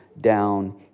down